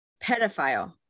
pedophile